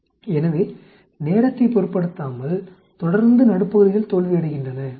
எனவே நேரத்தைப் பொருட்படுத்தாமல் தொடர்ந்து நடுப்பகுதிகள் தோல்வியடைகின்றன உண்மையில்